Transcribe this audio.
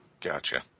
Gotcha